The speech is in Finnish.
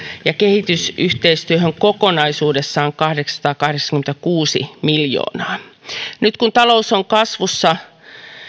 ja kehitysyhteistyöhön kokonaisuudessaan kahdeksansataakahdeksankymmentäkuusi miljoonaa nyt kun talous on kasvussa